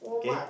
okay